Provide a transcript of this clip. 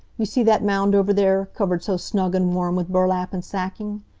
you see that mound over there, covered so snug and warm with burlap and sacking?